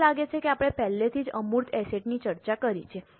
મને લાગે છે કે આપણે પહેલેથી જ અમૂર્ત એસેટ ની ચર્ચા કરી છે